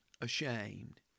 ashamed